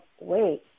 wait